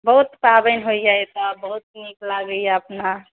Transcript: बहुत पावनि होइया एतय बहुत नीक लागैया अपना